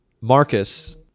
Marcus